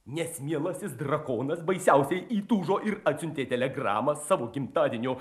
nes mielasis drakonas baisiausiai įtūžo ir atsiuntė telegramą savo gimtadienio